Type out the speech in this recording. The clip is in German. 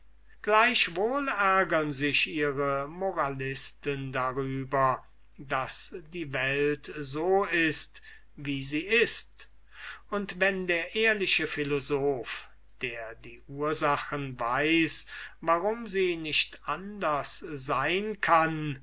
gleichwohl ärgern sich eure moralisten darüber daß die welt so ist wie sie ist und wenn der ehrliche philosoph der die ursachen weiß warum sie nicht anders sein kann